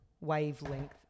wavelength